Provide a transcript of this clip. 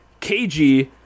KG